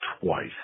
twice